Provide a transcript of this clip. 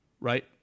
right